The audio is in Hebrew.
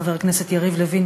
חבר הכנסת יריב לוין,